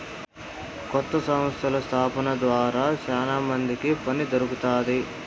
కొత్త సంస్థల స్థాపన ద్వారా శ్యానా మందికి పని దొరుకుతాది